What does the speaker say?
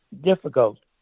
difficult